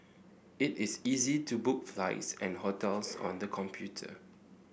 it is easy to book flights and hotels on the computer